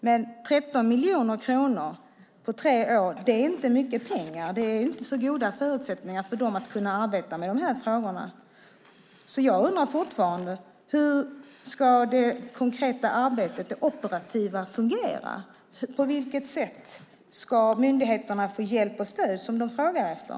Men 13 miljoner kronor på tre år är inte så mycket pengar. Det är inte så goda förutsättningar för dem att arbeta med frågorna. Jag undrar fortfarande: Hur ska det konkreta operativa arbetet fungera? På vilket sätt ska myndigheterna få den hjälp och det stöd som de frågar efter?